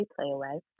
PlayAway